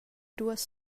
duas